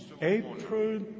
April